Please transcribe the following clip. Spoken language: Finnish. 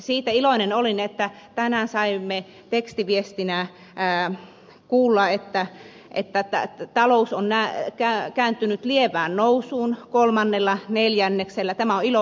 siitä olin iloinen että tänään saimme tekstiviestinä kuulla että talous on kääntynyt lievään nousuun kolmannella neljänneksellä tämä on ilouutinen